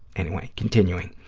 anyway, continuing.